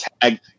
tag